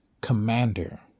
commander